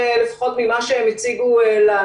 לפחות ממה שהם הציגו לנו,